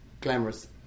glamorous